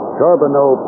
Charbonneau